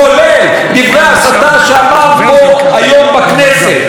כולל דברי ההסתה שאמר פה היום בכנסת.